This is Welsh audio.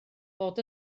fod